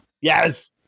Yes